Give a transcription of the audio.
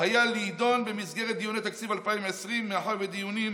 היה להידון במסגרת דיוני תקציב 2020. מאחר שדיונים